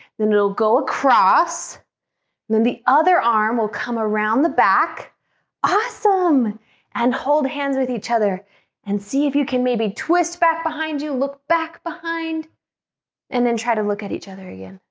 then it'll go across and then the other arm will come around the back awesome and hold hands with each other and see if you can maybe twist back behind you look back behind and then try to look at each other again.